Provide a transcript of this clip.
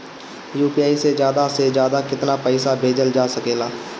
UPI से ज्यादा से ज्यादा केतना पईसा भेजल जा सकेला?